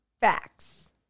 Facts